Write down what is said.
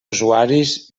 usuaris